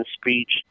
speech